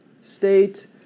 state